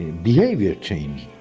behavior changed.